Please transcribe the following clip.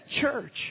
church